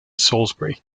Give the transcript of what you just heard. salisbury